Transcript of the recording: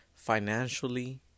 financially